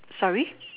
sorry